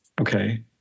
okay